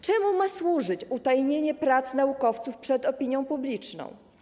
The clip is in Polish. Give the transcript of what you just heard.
Czemu ma służyć utajnienie prac naukowców przed opinią publiczną?